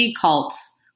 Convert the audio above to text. cults